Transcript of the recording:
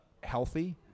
healthy